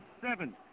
seven